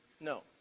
no